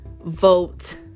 vote